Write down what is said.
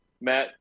Matt